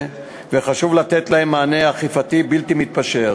וחשוב לתת להם מענה אכיפתי בלתי מתפשר.